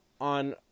on